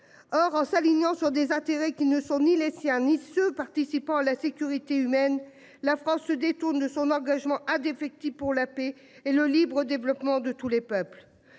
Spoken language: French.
Or en s'alignant sur des intérêts qui ne sont ni les siens Nice participant à la sécurité humaine, la France se détourne de son engagement indéfectible pour la paix et le libre développement de tous les peuples